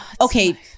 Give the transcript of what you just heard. okay